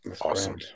Awesome